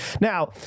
Now